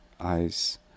eyes